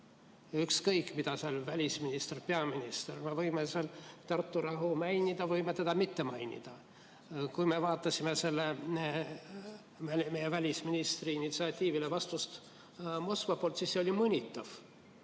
Ükskõik, mida [ütleb] välisminister, peaminister, me võime seal Tartu rahu mainida, võime seda mitte mainida. Me vaatasime vastust meie välisministri initsiatiivile Moskva poolt. See oli mõnitav.